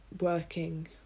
working